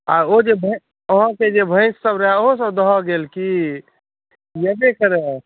आ ओ जे भैँ अहाँके जे भैँससभ रहए ओहोसभ दहा गेल की हेबै करै